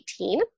2018